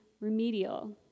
remedial